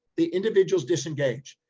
the individuals disengage,